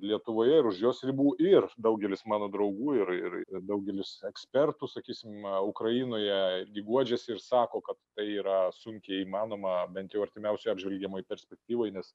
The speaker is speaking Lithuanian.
lietuvoje ir už jos ribų ir daugelis mano draugų ir ir daugelis ekspertų sakysim ukrainoje irgi guodžiasi ir sako kad tai yra sunkiai įmanoma bent jau artimiausioj apžvelgiamoj perspektyvoj nes